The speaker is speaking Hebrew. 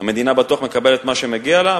המדינה בטוח מקבלת מה שמגיע לה.